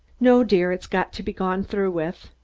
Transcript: no, dear, it's got to be gone through with.